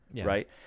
right